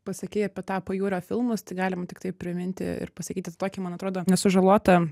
pasakei apie tą pajūrio filmus tai galima tiktai priminti ir pasakyti tokį man atrodo nesužalotą